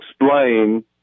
explain